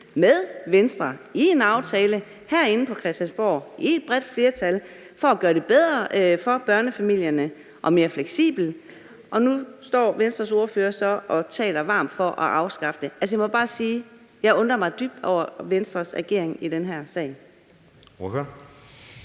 med Venstre i en aftale herinde på Christiansborg med et bredt flertal for at gøre det bedre og mere fleksibelt for børnefamilierne, og nu står Venstres ordfører så og taler varmt for at afskaffe det. Altså, jeg må bare sige, at jeg undrer mig dybt over Venstres ageren i den her sag.